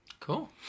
Cool